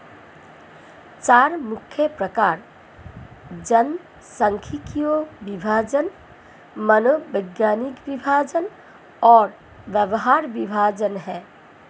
चार मुख्य प्रकार जनसांख्यिकीय विभाजन, मनोवैज्ञानिक विभाजन और व्यवहार विभाजन हैं